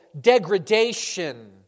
degradation